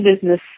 business